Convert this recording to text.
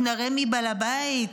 נראה מי בעל הבית,